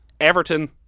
Everton